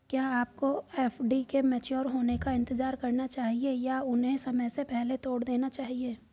क्या आपको एफ.डी के मैच्योर होने का इंतज़ार करना चाहिए या उन्हें समय से पहले तोड़ देना चाहिए?